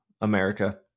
America